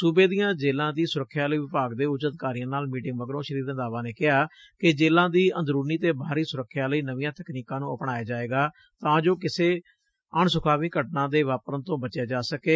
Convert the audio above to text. ਸੁਬੇ ਦੀਆਂ ਜੇਲਾਂ ਦੀ ਸੁਰੱਖਿਆ ਲਈ ਵਿਭਾਗ ਦੇ ਉਚ ਅਧਿਕਾਰੀਆਂ ਨਾਲ ਮੀਟਿੰਗ ਮਗਰੋਂ ਸ੍ਰੀ ਰੰਧਾਵਾ ਨੇ ਕਿਹਾ ਕਿ ਜੇਲਾਂ ਦੀ ਅੰਦਰੁਨੀ ਤੇ ਬਾਹਰੀ ਸੁਰੱਖਿਆ ਲਈ ਨਵੀਆਂ ਤਕਨੀਕਾਂ ਨੂੰ ਅਪਣਾਇਆ ਜਾਵੇਗਾ ਤਾਂ ਜੋ ਕਿਸੇ ਵੀ ਅਣਸੁਖਾਵੀ ਘਟਨਾ ਦੇ ਵਾਪਰਨ ਤੋਂ ਬਚਿਆ ਜਾ ਸਕੇ